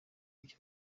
byo